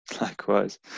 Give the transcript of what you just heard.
Likewise